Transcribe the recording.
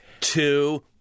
two